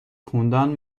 خوندن